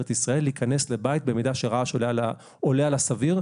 ישראל להיכנס לבית במידה והרעש עולה על הסביר,